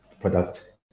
product